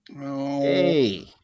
Hey